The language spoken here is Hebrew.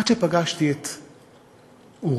עד שפגשתי את אורי,